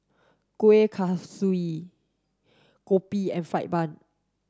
Kueh Kaswi Kopi and fried bun